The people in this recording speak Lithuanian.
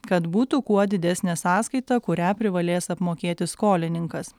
kad būtų kuo didesnė sąskaita kurią privalės apmokėti skolininkas